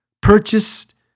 purchased